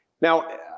Now